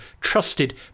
trusted